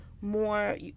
more